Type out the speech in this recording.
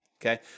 okay